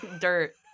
dirt